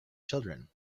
children